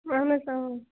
اَہن حظ آ اۭں